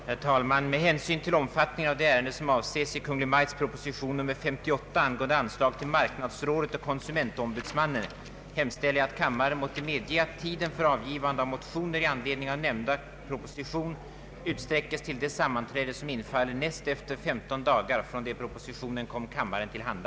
Herr talman! Med hänsyn till omfattningen av det ärende som avses i Kungl. Maj:ts proposition nr 58 angående anslag till marknadsrådet och konsumentombudsmannen, hemställer jag att kammaren måtte medgiva att tiden för avgivande av motioner i anledning av nämnda kungl. proposition utsträckes till det sammanträde som infaller näst efter femton dagar från det propositionen kom kammaren till handa.